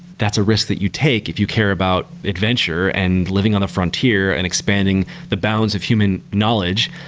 that's a risk that you take if you care about adventure and living on the frontier and expanding the bounds of human knowledge,